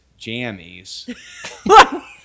jammies